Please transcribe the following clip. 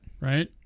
Right